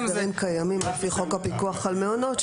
יש הסדרים קיימים על פי חוק הפיקוח על מעונות.